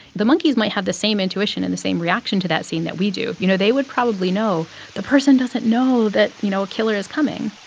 the monkeys might have the same intuition and the same reaction to that scene that we do. you know, they would probably know the person doesn't know that, you know, a killer is coming